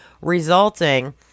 resulting